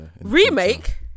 Remake